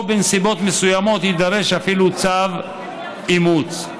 ושבנסיבות מסוימות יידרש אפילו צו אימוץ.